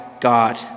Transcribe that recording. God